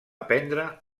aprendre